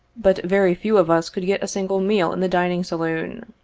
but very few of us could get a single meal in the dining saloon.